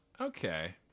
Okay